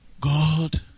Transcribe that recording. God